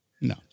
No